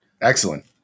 Excellent